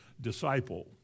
disciple